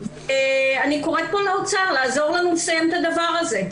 אני קוראת פה לאוצר לעזור לנו לסיים את הדבר הזה.